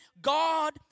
God